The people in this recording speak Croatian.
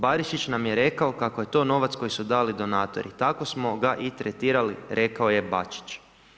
Barišić nam je rekao kako je tvorac koji koji su dali donatori i tako smo ga i tretirali rekao je Bačić.